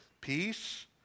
peace